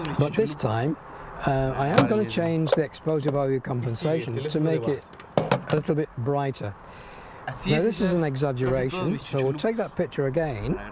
but this time i am gonna change the exposure value compensation to make it a little bit brighter now this is an exaggeration so we'll take that picture again